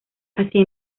así